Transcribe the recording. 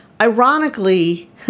ironically